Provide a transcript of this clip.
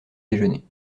déjeuner